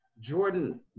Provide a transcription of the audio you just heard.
Jordan